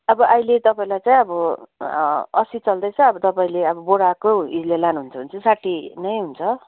अब अहिले तपाईँलाई चाहिँ अब असी चल्दैछ अब तपाईँले अब बोराको हिलले नै लानुहुन्छ भने चाहिँ साठी नै हुन्छ